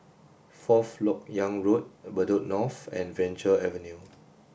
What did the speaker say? fourth Lok Yang Road Bedok North and Venture Avenue